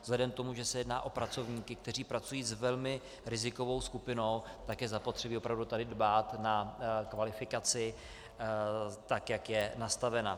Vzhledem k tomu, že se jedná o pracovníky, kteří pracují s velmi rizikovou skupinou, tak je zapotřebí opravdu tady dbát na kvalifikaci tak, jak je nastavena.